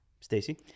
Stacey